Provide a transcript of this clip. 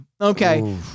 Okay